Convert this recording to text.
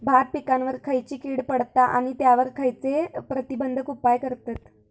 भात पिकांवर खैयची कीड पडता आणि त्यावर खैयचे प्रतिबंधक उपाय करतत?